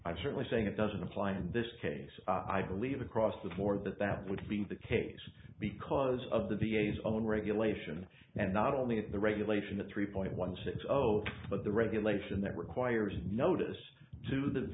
i'm certainly saying it doesn't apply in this case i believe across the board that that would be the case because of the v a s own regulations and not only at the regulation of three point one six zero but the regulation that requires notice to that